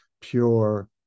pure